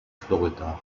florida